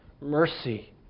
mercy